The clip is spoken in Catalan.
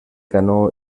canó